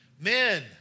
Men